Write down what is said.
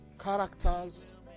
characters